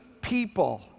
people